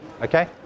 okay